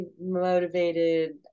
motivated